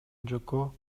жокко